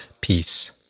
peace